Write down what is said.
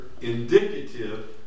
indicative